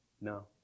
No